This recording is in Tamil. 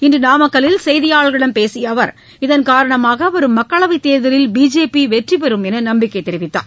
இன்றுநாமக்கல்லில் செய்தியாளர்களிடம் பேசியஅவர் இதன்காரணமாகவரும் மக்களவைத் தேர்தலில் பிஜேபிவெற்றிபெறும் என்றுநம்பிக்கைதெரிவித்தார்